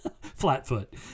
Flatfoot